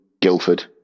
Guildford